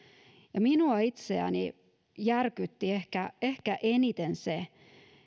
ja minua itseäni järkytti ehkä ehkä eniten se